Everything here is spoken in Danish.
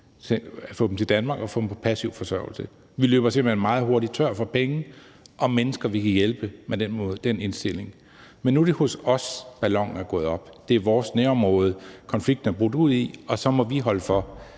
få dem til Danmark og få dem på passiv forsørgelse. Vi løber simpelt hen meget hurtigt tør for penge og mennesker, vi kan hjælpe, med den indstilling. Men nu er det hos os, ballonen er gået op. Det er vores nærområde, konflikten er brudt ud i, og så må vi holde for.